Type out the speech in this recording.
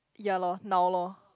ya lor now lor